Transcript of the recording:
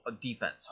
defense